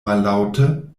mallaŭte